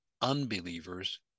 unbelievers